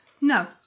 no